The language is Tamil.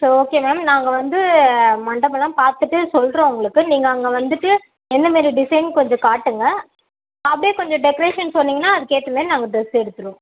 ஸோ ஓகே மேம் நாங்கள் வந்து மண்டபம் எல்லாம் பார்த்துட்டு சொல்கிறோம் உங்களுக்கு நீங்கள் அங்கே வந்துட்டு எந்த மாதிரி டிஸைன் கொஞ்சம் காட்டுங்கள் அப்படியே கொஞ்சம் டெக்கரேஷன் சொன்னீங்கன்னா அதுக்கேற்ற மாதிரி நாங்கள் ட்ரெஸ் எடுத்துருவோம்